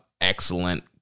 excellent